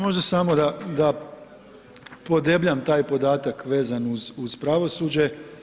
Možda samo da podebljam taj podatak vezan uz pravosuđe.